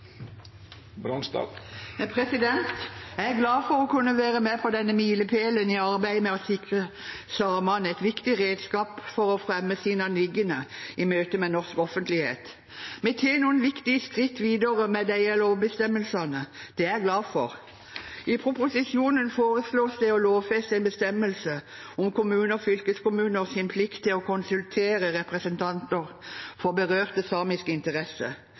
på. Jeg er glad for å kunne være med på denne milepælen i arbeidet med å sikre samene et viktig redskap for å fremme sine anliggender i møtet med norsk offentlighet. Vi tar noen viktige skritt videre med disse lovbestemmelsene. Det er jeg glad for. I proposisjonen foreslås det å lovfeste en bestemmelse om kommuners og fylkeskommuners plikt til å konsultere representanter for berørte samiske interesser.